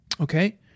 Okay